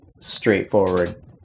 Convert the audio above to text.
straightforward